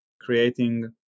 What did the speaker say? creating